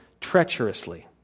treacherously